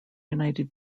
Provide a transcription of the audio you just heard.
united